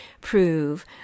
prove